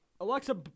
Alexa